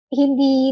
hindi